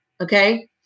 Okay